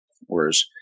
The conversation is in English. whereas